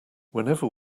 whenever